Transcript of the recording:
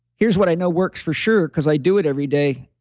here's what i know works for sure because i do it every day.